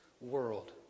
world